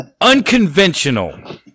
Unconventional